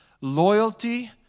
Loyalty